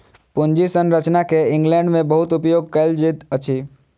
पूंजी संरचना के इंग्लैंड में बहुत उपयोग कएल जाइत अछि